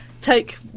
take